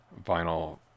vinyl